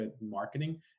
marketing